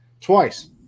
Twice